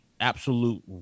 absolute